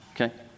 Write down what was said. Okay